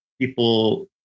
people